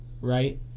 right